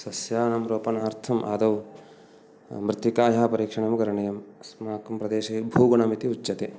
सस्यानां रोपणार्थम् आदौ मृत्तिकायाः परीक्षणं करणीयम् अस्माकं प्रदेशे भूगुणः इति उच्यते